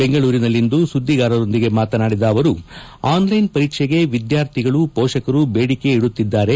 ಬೆಂಗಳೂರಿನಲ್ಲಿಂದು ಸುದ್ದಿಗಾರರೊಂದಿಗೆ ಮಾತನಾಡಿದ ಅವರು ಆನ್ಲೈನ್ ಪರೀಕ್ಷೆಗೆ ವಿದ್ಯಾರ್ಥಿಗಳು ಪೋಷಕರು ಬೇಡಿಕೆ ಇಡುತ್ತಿದ್ದಾರೆ